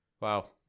Wow